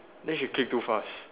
then she click too fast